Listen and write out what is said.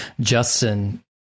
justin